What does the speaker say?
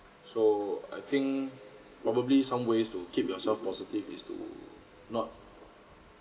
so I think probably some ways to keep yourself positive is to not